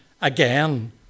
again